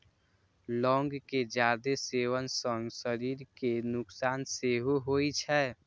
लौंग के जादे सेवन सं शरीर कें नुकसान सेहो होइ छै